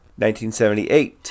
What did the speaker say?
1978